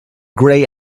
grey